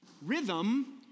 rhythm